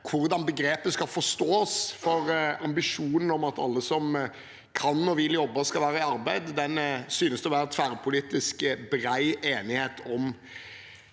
hvordan begrepet skal forstås, for ambisjonen om at alle som kan og vil jobbe, skal være i arbeid, synes det å være tverrpolitisk, bred enighet om.